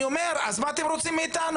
אני אומר, אז מה אתם רוצים מאיתנו.